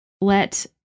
let